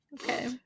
Okay